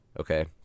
Okay